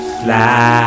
fly